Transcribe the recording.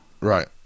Right